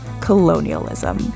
colonialism